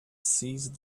seized